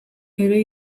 ere